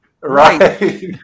Right